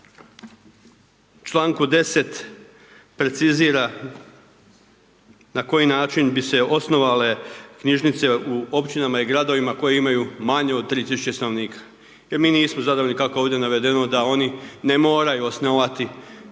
čl. 10 precizira na koji način bi se osnovale knjižnice u općinama i gradovima koji imaju manje od 3000 stanovnika jer mi nismo zadovoljni kako je ovdje navedeno da oni ne moraju osnovati javnu